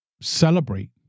Celebrate